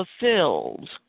fulfilled